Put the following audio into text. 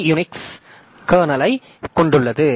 D Unix கர்னலைக் கொண்டுள்ளது